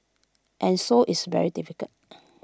and so it's very difficult